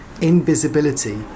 invisibility